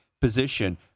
position